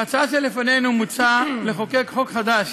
בהצעה שלפנינו מוצע לחוקק חוק חדש